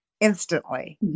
instantly